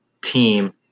team